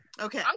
Okay